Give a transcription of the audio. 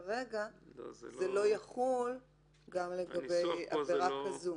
כרגע זה לא יחול גם לגבי עבירה כזאת?